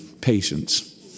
Patience